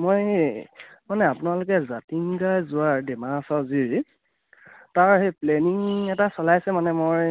মই মানে আপোনালোকে জাতিংগা যোৱাৰ ডিমাহাচাও যে তাৰ সেই প্লেনিং এটা চলাইছে মানে মই